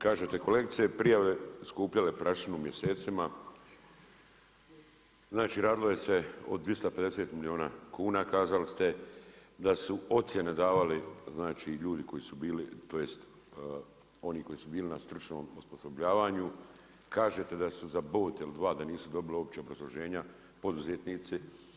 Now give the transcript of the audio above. Kažete kolegice prijave skupljale prašinu mjesecima, znači radilo se o 250 milijuna kuna, rekli ste da su ocjene davali znači ljudi koji su bili, tj. oni koji su bili na stručnom osposobljavanju, kažete da su za bod ili dva da nisu dobili uopće obrazloženja poduzetnici.